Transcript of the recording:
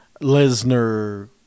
Lesnar